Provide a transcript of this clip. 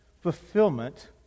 fulfillment